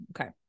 Okay